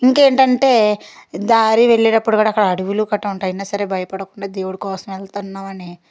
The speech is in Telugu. ఇంకేంటంటే దారి వెళ్ళేటప్పుడు కూడా అక్కడ అడవులు గట్ర ఉంటాయి అయినా సరే భయపడకుండా దేవుడి కోసం వెళ్తున్నామని